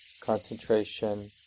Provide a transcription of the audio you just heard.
concentration